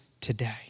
today